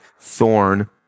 thorn